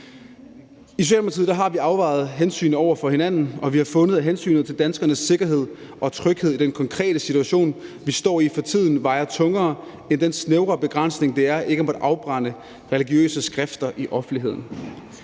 I Socialdemokratiet har vi afvejet hensynene mod hinanden, og vi har fundet, at hensynet til danskernes sikkerhed og tryghed i den konkrete situation, vi står i for tiden, vejer tungere end den snævre begrænsning, det er ikke at måtte afbrænde religiøse skrifter i offentligheden.